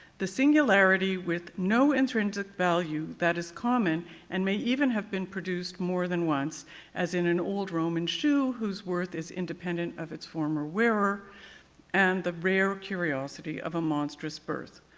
the singularity with no intrinsic value that is common and may even have been produced more than once as in an old roman shoe whose worth is independent of its former wearer and the rare curiosity of a monstrous birth.